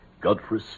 Godfrey